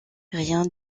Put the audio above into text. rien